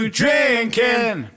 drinking